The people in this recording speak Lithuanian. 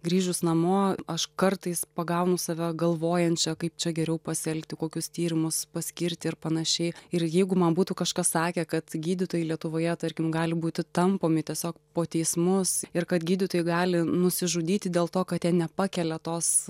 grįžus namo aš kartais pagaunu save galvojančią kaip čia geriau pasielgti kokius tyrimus paskirti ir panašiai ir jeigu man būtų kažkas sakę kad gydytojai lietuvoje tarkim gali būti tampomi tiesiog po teismus ir kad gydytojai gali nusižudyti dėl to kad jie nepakelia tos